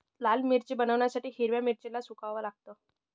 लाल मिरची बनवण्यासाठी हिरव्या मिरचीला सुकवाव लागतं